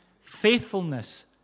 faithfulness